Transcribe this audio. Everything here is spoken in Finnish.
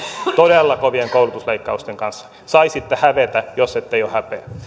todella kovien koulutusleikkausten kanssa saisitte hävetä jos ette jo häpeä